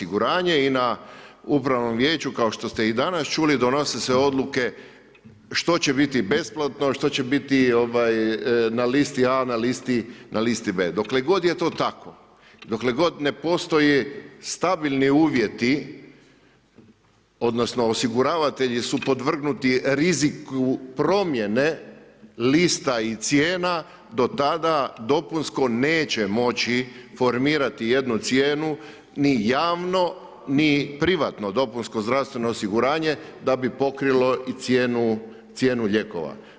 I na upravnom vijeću kao što ste i danas čuli donose se odluke što će biti besplatno, što će biti na listi A, na listi B. Dokle god je to tako i dokle god ne postoje stabilni uvjeti, odnosno osiguravatelji su podvrgnuti riziku promjene lista i cijena do tada dopunsko neće moći formirati jednu cijenu ni javno ni privatno dopunsko zdravstveno osiguranje da bi pokrilo i cijenu lijekova.